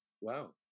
wow